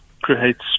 creates